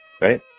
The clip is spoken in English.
right